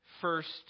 first